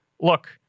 look